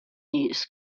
use